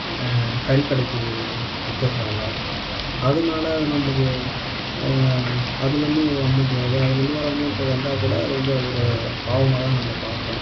கறிக்கடைக்கு விற்றுறாங்க அதனால அது நம்மளுக்கு அதுலேருந்தும் கொஞ்ச அமௌண்ட் வருது அதுலேருந்து வர அமௌண்ட் வந்தால் கூட அது வந்து ஒரு பாவமாக தான் நம்ம பார்க்குறோம்